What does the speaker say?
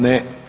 Ne.